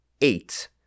eight